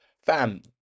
fam